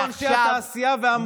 באו אנשי התעשייה ואמרו,